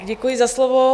Děkuji za slovo.